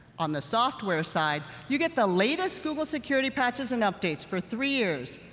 on the software side, you get the latest google security patches and updates for three years,